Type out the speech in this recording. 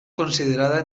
considerada